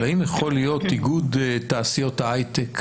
אבל האם יכול להיות איגוד תעשיות ההייטק,